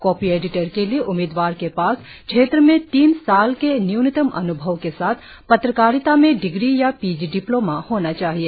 copy editor के लिए उम्मीदवार के पास क्षेत्र में तीन साल के न्यूनतम अन्भव के साथ पत्रकारिता में डिग्री या पी जी डिप्लोमा होना चाहिए